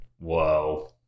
Whoa